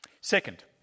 Second